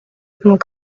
and